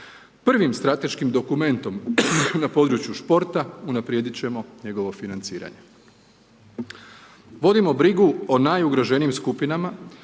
Prvim strateškim dokumentom na području športa unaprijedit ćemo njegovo financiranje. Vodimo brigu o najugroženijim skupinama